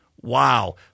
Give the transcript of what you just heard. Wow